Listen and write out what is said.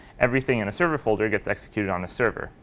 everything in a server folder gets executed on a server.